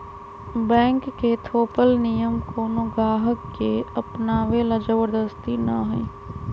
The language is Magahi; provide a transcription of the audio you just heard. बैंक के थोपल नियम कोनो गाहक के अपनावे ला जबरदस्ती न हई